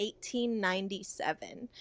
1897